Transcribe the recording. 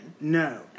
No